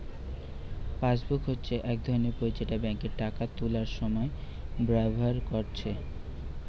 passbook হচ্ছে এক ধরণের বই যেটা বেঙ্কে টাকা তুলার সময় ব্যাভার কোরছে